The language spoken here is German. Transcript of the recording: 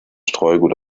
streugut